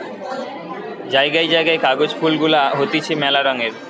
জায়গায় জায়গায় কাগজ ফুল গুলা হতিছে মেলা রঙের